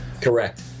correct